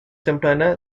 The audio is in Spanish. temprana